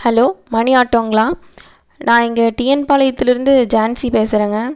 hello Mani ஆட்டோங்களா நான் இங்கே டிஎன் பாளையத்துலேருந்து ஜான்சி பேசறேங்க